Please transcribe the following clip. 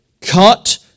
Cut